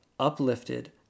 uplifted